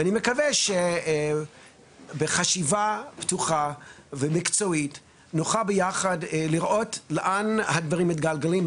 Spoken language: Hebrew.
אני מקווה שבחשיבה פתוחה ומקצועית נוכל ביחד לראות לאן הדברים מתגלגלים.